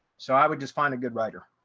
so i would just find a good writer.